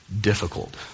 difficult